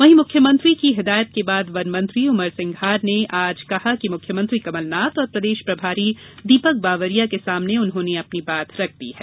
वहीं मुख्यमंत्री की हिदायत के बाद वन मंत्री उमंग सिंघार ने आज कहा कि मुख्यमंत्री कमलनाथ और प्रदेश प्रभारी दीपक बावरिया के सामने उन्होंने अपनी बात रख दी है